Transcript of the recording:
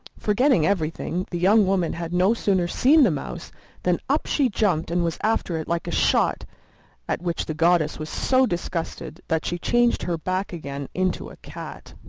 forgetting everything, the young woman had no sooner seen the mouse than up she jumped and was after it like a shot at which the goddess was so disgusted that she changed her back again into a cat.